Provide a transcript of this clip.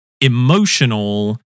emotional